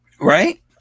right